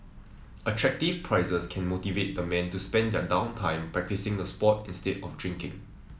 attractive prizes can motivate the man to spend their down time practising the sport instead of drinking